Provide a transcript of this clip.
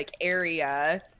area